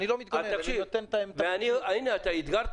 אני לא מתגונן, אני נותן --- הנה, אתה אתגרת